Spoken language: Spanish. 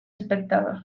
espectador